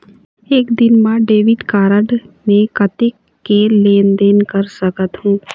एक दिन मा मैं डेबिट कारड मे कतक के लेन देन कर सकत हो?